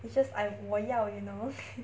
it's just I 我要 you know